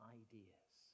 ideas